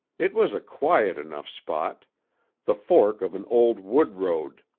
it was a quiet enough spot the fork of an old wood-road,